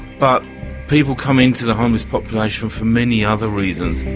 but people come in to the homeless population for many other reasons.